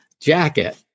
jacket